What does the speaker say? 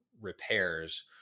repairs